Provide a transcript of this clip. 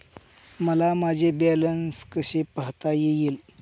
मला माझे बॅलन्स कसे पाहता येईल?